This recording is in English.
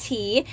Tea